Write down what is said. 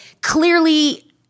clearly